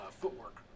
footwork